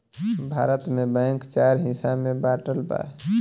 भारत में बैंक चार हिस्सा में बाटल बा